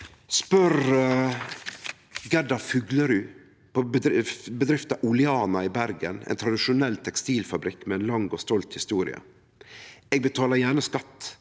Spør Gerda Fuglerud, frå bedrifta Oleana i Bergen, ein tradisjonell tekstilfabrikk med ei lang og stolt historie. Ho seier at